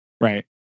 right